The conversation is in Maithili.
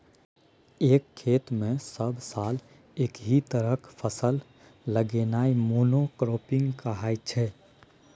एक खेत मे सब साल एकहि तरहक फसल लगेनाइ मोनो क्राँपिंग कहाइ छै